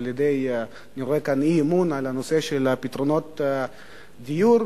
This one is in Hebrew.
אני רואה בכך אי-אמון בנושא פתרונות הדיור,